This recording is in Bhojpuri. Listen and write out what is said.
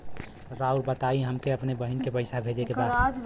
राउर बताई हमके अपने बहिन के पैसा भेजे के बा?